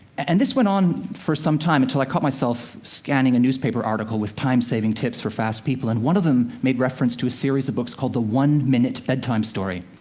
and this went on for some time, until i caught myself scanning a newspaper article with timesaving tips for fast people. and one of them made reference to a series of books called the one-minute bedtime story.